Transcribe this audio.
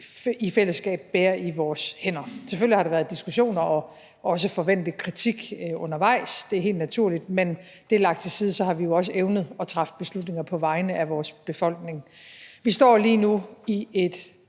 i fællesskab bærer i vores hænder. Der har selvfølgelig været diskussioner og også forventet kritik undervejs. Det er helt naturligt. Men det lagt til side har vi jo også evnet at træffe beslutninger på vegne af vores befolkning. Vi står lige nu et